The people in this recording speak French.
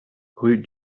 rue